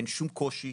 אין שום קושי,